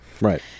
Right